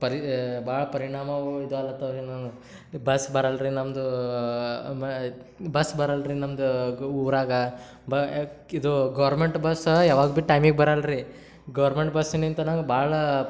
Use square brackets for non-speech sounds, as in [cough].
ಪರಿ ಭಾಳ ಪರಿಣಾಮಗಳು ಇದಾಲತ್ತಾವ್ ರೀ [unintelligible] ಬಸ್ ಬರಲ್ಲ ರೀ ನಮ್ಮದು ಬಸ್ ಬರಲ್ಲ ರೀ ನಮ್ಮದು ಗ್ ಊರಾಗೆ ಬ ಕ್ ಇದು ಗೌರ್ಮೆಂಟ್ ಬಸ್ಸಾ ಯಾವಾಗ ಬಿ ಟೈಮಿಗೆ ಬರಲ್ಲ ರೀ ಗೌರ್ಮೆಂಟ್ ಬಸ್ಸನಿಂದನಾಗ ಭಾಳ